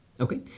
Okay